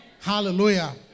Hallelujah